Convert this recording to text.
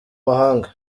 mahanga